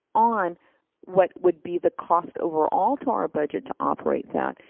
on what would be the cost overall to our budget to operate that,